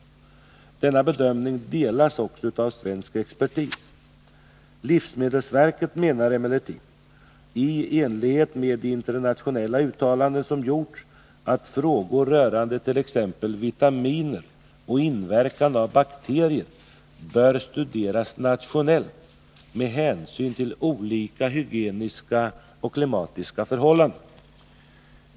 Denna bedömning delas också av svensk expertis. Livsmedelsverket menar emellertid i enlighet med de internationella uttalanden som gjorts att frågor rörande t.ex. vitaminer och inverkan av bakterier bör studeras nationellt med hänsyn till olika hygieniska och klimatiska förhållanden.